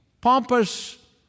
pompous